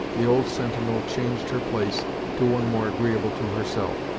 the old sentinel changed her place to one more agreeable to herself,